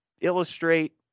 illustrate